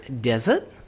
desert